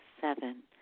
seven